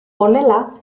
honela